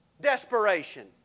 Desperation